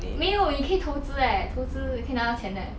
没有你可以投资 eh 投资可以拿到钱